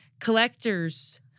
collectors